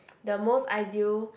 the most ideal